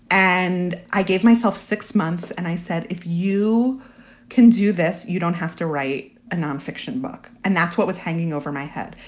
and i gave myself six months and i said, if you can do this, you don't have to write a non-fiction book. and that's what was hanging over my head.